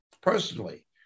personally